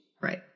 Right